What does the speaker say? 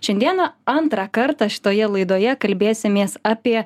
šiandieną antrą kartą šitoje laidoje kalbėsimės apie